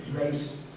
race